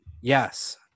yes